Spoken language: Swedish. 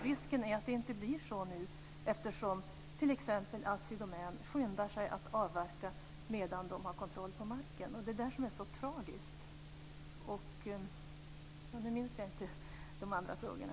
Risken är att det nu inte blir så eftersom t.ex. Assi Domän skyndar sig att avverka medan det har kontroll över marken. Det är vad som är så tragiskt. Nu minns jag inte de andra frågorna.